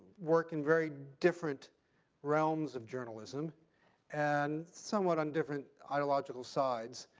work in very different realms of journalism and somewhat on different ideological sides,